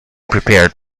prepared